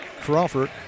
Crawford